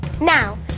Now